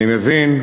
אני מבין.